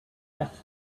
asked